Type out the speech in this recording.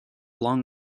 long